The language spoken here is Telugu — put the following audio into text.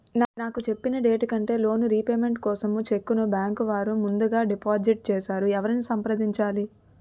నాకు చెప్పిన డేట్ కంటే లోన్ రీపేమెంట్ కోసం చెక్ ను బ్యాంకు వారు ముందుగా డిపాజిట్ చేసారు ఎవరిని సంప్రదించాలి?